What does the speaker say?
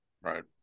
Right